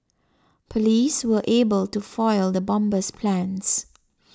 police were able to foil the bomber's plans